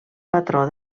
patró